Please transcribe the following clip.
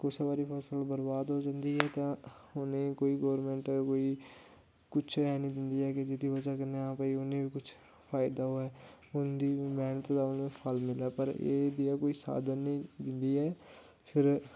कुसै बारी फसल बरबाद हो जंदी ऐ ते उ'नें ई कोई गौरमेंट कोई कुछ हैनी दिन्दी ऐ की जेह्दी बजह् कन्नै आं भाई उ'नें बी कुछ फायदा होऐ उं'दी बी मैह्नत दा मतलब फल मिलै एह् जेहा कोई साधन निं दिन्दी ऐ फिर